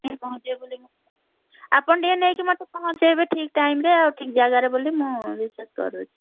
ନେଇକି ପହଞ୍ଚାଇବେ ବୋଲି ମୁଁ ଆପଣ ଟିକେ ନେଇକି ମୋତେ ପହଞ୍ଚାଇବେ ଠିକ୍ ଟାଇମ୍ରେ ଆଉ ଠିକ୍ ଜାଗାରେ ବୋଲି ମୁଁ ବିଶ୍ୱାସ କରୁଛି